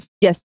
yes